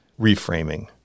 reframing